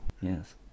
Yes